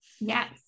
Yes